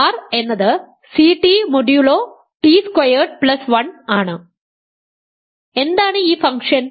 R എന്നത് Ct modulo T squared plus 1 ആണ് എന്താണ് ഈ ഫംഗ്ഷൻ